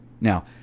Now